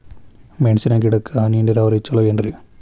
ಮೆಣಸಿನ ಗಿಡಕ್ಕ ಹನಿ ನೇರಾವರಿ ಛಲೋ ಏನ್ರಿ?